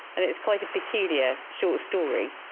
and it was quite a peculiar short story.